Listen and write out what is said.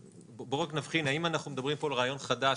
בואו נבחין האם אנחנו מדברים פה על רעיון חדש